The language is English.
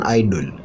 idol